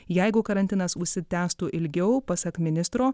jeigu karantinas užsitęstų ilgiau pasak ministro